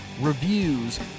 reviews